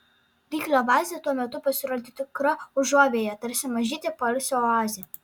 ryklio bazė tuo metu pasirodė tikra užuovėja tarsi mažytė poilsio oazė